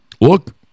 look